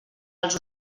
als